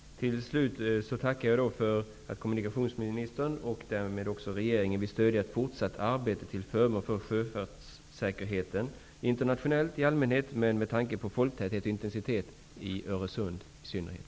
Herr talman! Till slut tackar jag för att kommunikationsministern och därmed också regeringen vill stödja ett positivt arbete till förmån för sjöfartssäkerheten internationellt i allmänhet och med tanke på folktäthet och intensitet i synnerhet i Öresund.